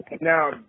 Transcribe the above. now